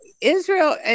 Israel